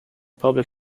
public